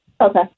Okay